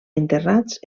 enterrats